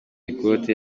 ikote